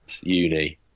uni